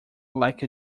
like